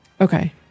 Okay